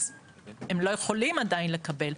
אז הם לא יכולים עדיין לקבל.